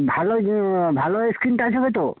ভালো ভালো screen touch হবে তো